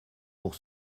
pour